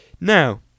Now